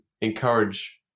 encourage